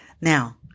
Now